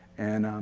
and